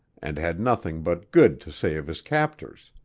and had nothing but good to say of his captors.